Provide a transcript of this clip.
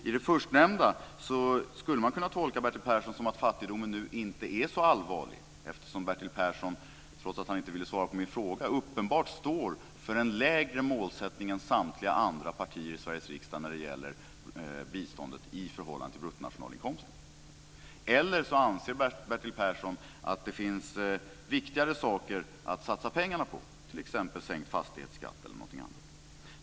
I det förstnämnda skulle man kunna tolka Bertil Persson som att fattigdomen nu inte är så allvarlig, eftersom Bertil Persson, trots att han inte ville svara på min fråga, uppenbart står för en lägre målsättning än samtliga andra partier i Sveriges riksdag när det gäller biståndet i förhållande till bruttonationalinkomsten, eller också anser Bertil Persson att det finns viktigare saker att satsa pengarna på, t.ex. en sänkning av fastighetsskatten eller någonting annat.